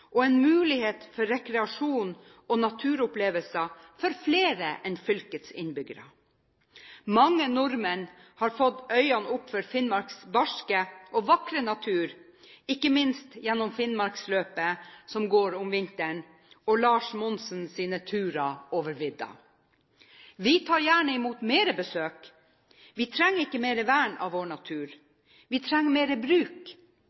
og en mulighet for rekreasjon og naturopplevelser for flere enn fylkets innbyggere. Mange nordmenn har fått øynene opp for Finnmarks barske og vakre natur, ikke minst gjennom Finnmarksløpet, som går om vinteren, og Lars Monsens turer over vidda. Vi tar gjerne imot mer besøk. Vi trenger ikke mer vern av vår natur. Vi trenger mer bruk.